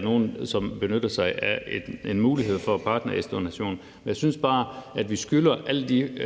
at der er nogen, som benytter sig af en mulighed for partnerægdonation. Jeg synes bare, at vi skylder alle dem,